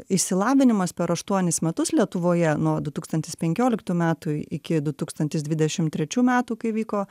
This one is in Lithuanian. išsilavinimas per aštuonis metus lietuvoje nuo du tūkstantis penkioliktų metų iki du tūkstantis dvidešim trečių metų kai vyko